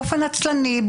באופן נצלני,